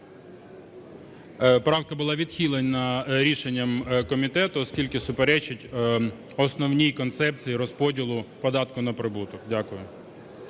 Правка була відхилена рішенням комітету, оскільки суперечить основній концепції розподілу податку на прибуток. Дякую.